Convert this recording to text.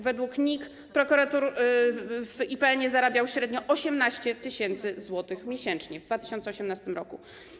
Według NIK prokurator w IPN-ie zarabiał średnio 18 tys. zł miesięcznie w 2018 r.